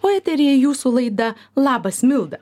o eteryje jūsų laida labas milda